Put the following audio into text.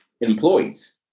employees